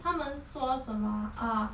他们说什么啊 ah